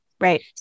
Right